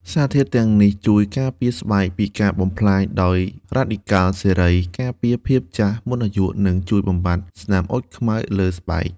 សារធាតុទាំងនេះជួយការពារស្បែកពីការបំផ្លាញដោយរ៉ាឌីកាល់សេរី ការពារភាពចាស់មុនអាយុ និងជួយបំបាត់ស្នាមអុចខ្មៅនៅលើស្បែក។